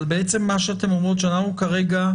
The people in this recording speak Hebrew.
אבל מה שאתן אומרות שאנחנו כרגע,